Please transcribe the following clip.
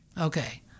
Okay